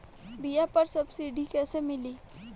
बीया पर सब्सिडी कैसे मिली?